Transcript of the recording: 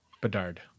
Bedard